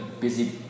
busy